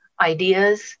ideas